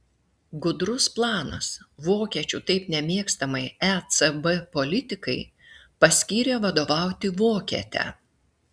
gudrus planas vokiečių taip nemėgstamai ecb politikai paskyrė vadovauti vokietę